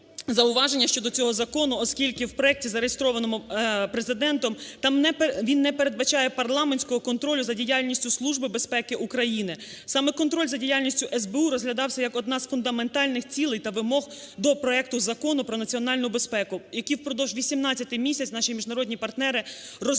зауваження щодо цього закону. Оскільки в проекті зареєстрованому Президентом, там не... він не передбачає парламентського контролю за діяльністю Служби безпеки України. Саме контроль за діяльністю СБУ розглядався як одна з фундаментальних цілей та вимог до проекту Закону про національну безпеку, який впродовж 18 місяців наші міжнародні партнери розробляли